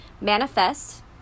manifest